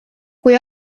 kui